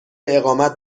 اقامت